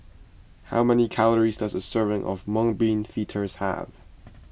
how many calories does a serving of Mung Bean Fritters have